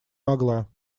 могла